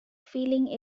feeling